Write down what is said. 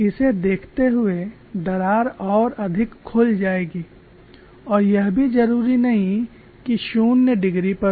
इसे देखते हुए दरार और अधिक खुल जाएगी और यह भी जरूरी नहीं कि 0 डिग्री पर हो